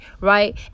right